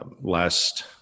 Last –